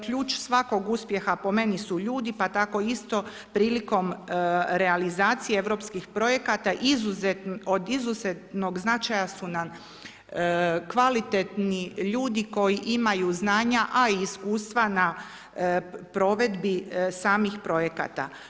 Ključ svakog uspjeha po meni su ljudi, pa tako isto priliko realizacije europskih projekata od izuzetnog značaja su nam kvalitetni ljudi koji imaju znanja, a i iskustva na provedbi samih projekata.